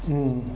mm